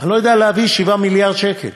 אני לא יודע להביא 7 מיליארד שקל.